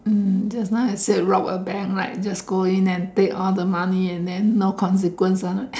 um just now I say rob a bank right just go in and take all the money and then no consequence ah